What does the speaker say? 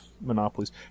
monopolies